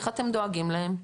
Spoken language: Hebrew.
איך אתם דואגים להם?